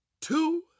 two